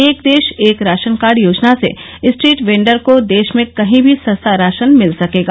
एक देश एक राशन कार्ड योजना से स्ट्रीट वेंडर को देश में कहीं भी सस्ता राशन मिल सकेगा